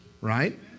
right